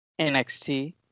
NXT